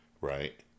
Right